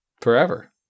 forever